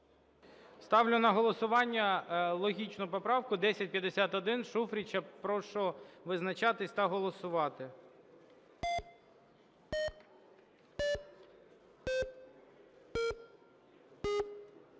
Ставлю на голосування логічну поправку 1051 Шуфрича. Прошу визначатися та голосувати.